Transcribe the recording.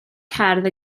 cerdd